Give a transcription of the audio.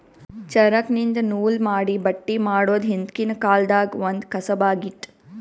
ಚರಕ್ದಿನ್ದ ನೂಲ್ ಮಾಡಿ ಬಟ್ಟಿ ಮಾಡೋದ್ ಹಿಂದ್ಕಿನ ಕಾಲ್ದಗ್ ಒಂದ್ ಕಸಬ್ ಆಗಿತ್ತ್